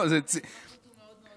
ציון יפה מאוד, ייאמר.